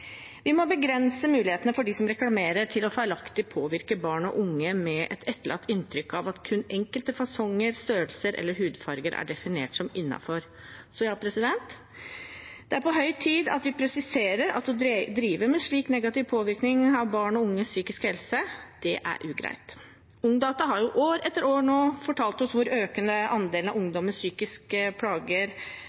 Vi må begrense mulighetene for dem som reklamerer, til feilaktig å påvirke barn og unge med et etterlatt inntrykk av at kun enkelte fasonger, størrelser eller hudfarger er definert som innenfor. Ja, det er på høy tid at vi presiserer at å drive med slik negativ påvirkning av barn og unges psykiske helse er ugreit. Ungdata har år etter år fortalt oss om en økende andel ungdom med psykiske plager,